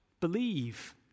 Believe